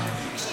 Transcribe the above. נעבור לחוק הבא.